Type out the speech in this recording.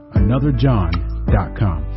anotherjohn.com